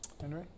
Henry